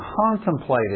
contemplated